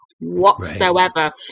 whatsoever